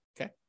okay